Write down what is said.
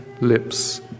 lips